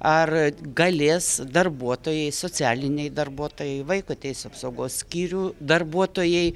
ar galės darbuotojai socialiniai darbuotojai vaiko teisių apsaugos skyrių darbuotojai